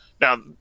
Now